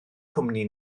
cwmni